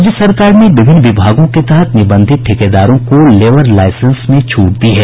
राज्य सरकार ने विभिन्न विभागों के तहत निबंधित ठेकेदारों को लेबर लाइसेंस में छूट दी है